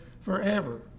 forever